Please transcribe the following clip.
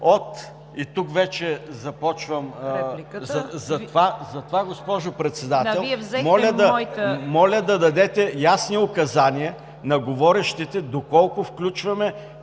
Тук вече започвам процедурата. Госпожо Председател, моля да дадете ясни указания на говорещите доколко включваме